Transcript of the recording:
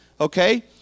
Okay